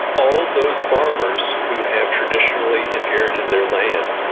all those farmers who have traditionally inherited their land,